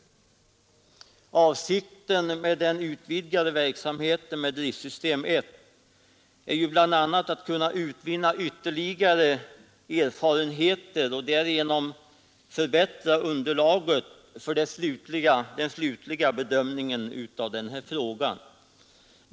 Avsikten med den utvidgade verksamheten med driftsystem 1 är ju bl.a. att man skall utvinna ytterligare erfarenheter och därigenom förbättra underlaget för den statliga bedömningen av denna fråga.